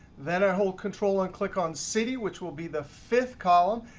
that i hold control and click on city, which will be the fifth column.